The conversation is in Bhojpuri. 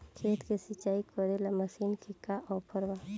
खेत के सिंचाई करेला मशीन के का ऑफर बा?